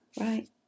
right